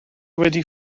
wedi